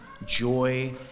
joy